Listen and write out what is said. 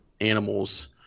animals